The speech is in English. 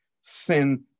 sin